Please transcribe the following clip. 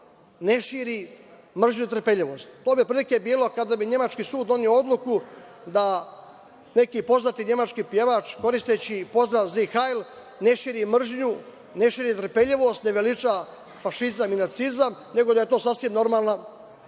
ne širi mržnju i netrpeljivost. To bi otprilike bilo kao kada bi nemački sud doneo odluku da neki poznati nemački pevač koristeći pozdrav „zig hajl“ ne širi mržnju, ne širi netrpeljivost, ne veliča fašizam i nacizam, nego da je to sasvim normalna